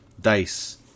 Dice